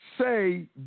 say